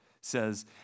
says